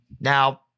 Now